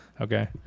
Okay